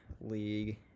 league